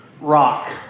rock